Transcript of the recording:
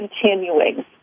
continuing